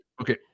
Okay